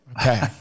Okay